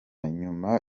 nyuma